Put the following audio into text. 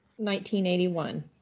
1981